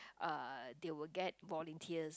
uh they will get volunteers